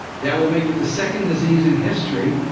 that will make it the second disease in history.